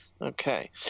Okay